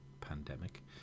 pandemic